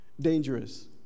dangerous